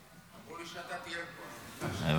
אמרו לי שאתה תהיה פה, אז ביקשתי.